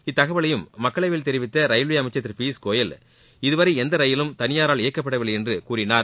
இத்தகவவையும் மக்களவையில் தெரிவித்த ரயில்வே அமைக்சர் திரு பியூஷ்கோயல் இதுவரை எந்த ரயிலும் தனியாரால் இயக்கப்படவில்லை என்று கூறினார்